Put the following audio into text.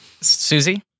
Susie